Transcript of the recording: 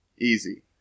Easy